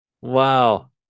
Wow